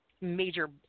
major